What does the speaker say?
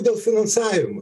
dėl finansavimo